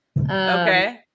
Okay